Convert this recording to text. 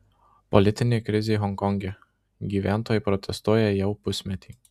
politinė krizė honkonge gyventojai protestuoja jau pusmetį